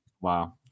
Wow